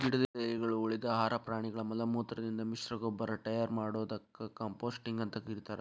ಗಿಡದ ಎಲಿಗಳು, ಉಳಿದ ಆಹಾರ ಪ್ರಾಣಿಗಳ ಮಲಮೂತ್ರದಿಂದ ಮಿಶ್ರಗೊಬ್ಬರ ಟಯರ್ ಮಾಡೋದಕ್ಕ ಕಾಂಪೋಸ್ಟಿಂಗ್ ಅಂತ ಕರೇತಾರ